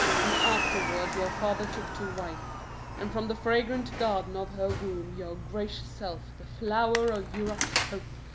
whom afterward your father took to wife and from the fragrant garden of her womb your gracious self, the flower of europe's hope,